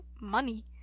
money